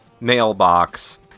mailbox